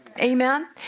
Amen